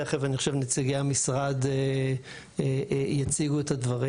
תיכף אני חושב שנציגי המשרד יציגו את הדברים.